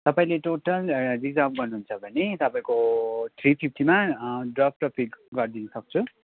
तपाईँले total reserve गर्नुहुन्छ भने तपाईँको थ्री फिफ्टीमा ड्रप र पिक गरिदिनु सक्छु